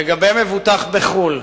לגבי מבוטח בחוץ-לארץ,